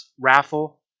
raffle